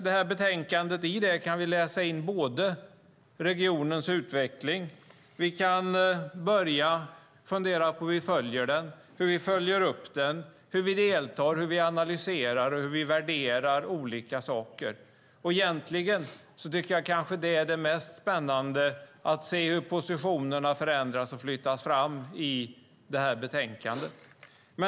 I betänkandet kan vi läsa in regionens utveckling. Vi kan börja fundera på hur vi följer den, hur vi följer upp den, hur vi deltar, hur vi analyserar och hur vi värderar olika saker. Egentligen tycker jag kanske att det är det mest spännande att se hur positionerna förändras och flyttas fram i betänkandet.